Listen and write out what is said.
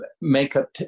makeup